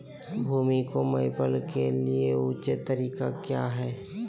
भूमि को मैपल के लिए ऊंचे तरीका काया है?